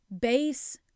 base